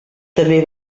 també